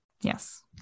Yes